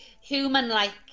human-like